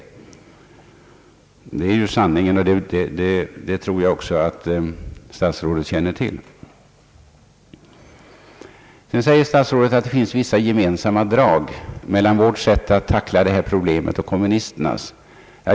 Detta är ju sanningen, och det tror jag statsrådet känner till. Vidare säger statsrådet att det finns vissa gemensamma drag mellan vårt sätt att tackla detta problem och kommunisternas.